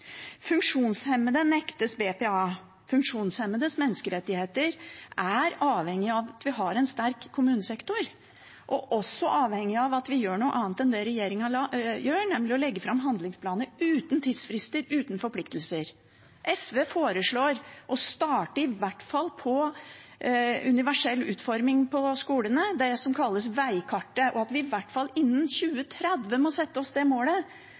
Funksjonshemmede nektes BPA. Funksjonshemmedes menneskerettigheter er avhengig av at vi har en sterk kommunesektor, og også avhengig av at vi gjør noe annet enn det regjeringen gjør, nemlig å legge fram handlingsplaner uten tidsfrister og uten forpliktelser. SV foreslår å starte i hvert fall med universell utforming på skolene, det som kalles Veikartet, og at vi i hvert fall innen 2030 må sette oss